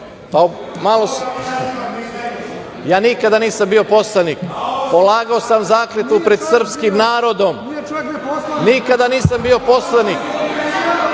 Nikada nisam bio poslanik, polagao sam zakletvu pred srpskim narodom. Nikada nisam bio poslanik.